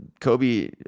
Kobe